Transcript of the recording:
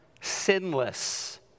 sinless